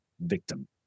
victim